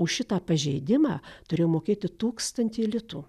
už šitą pažeidimą turėjo mokėti tūkstantį litų